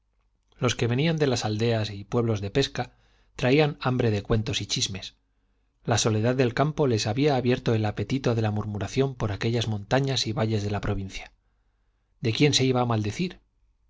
los que venían de las aldeas y pueblos de pesca traían hambre de cuentos y chismes la soledad del campo les había abierto el apetito de la murmuración por aquellas montañas y valles de la provincia de quién se iba a maldecir